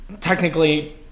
Technically